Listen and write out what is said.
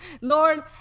Lord